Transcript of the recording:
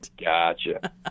Gotcha